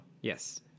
Yes